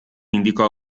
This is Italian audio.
indicò